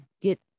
get